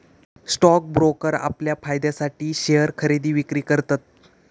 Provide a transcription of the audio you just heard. stock broker आपल्या फायद्यासाठी share खरेदी विक्री करतत